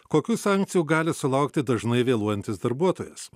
kokių sankcijų gali sulaukti dažnai vėluojantis darbuotojas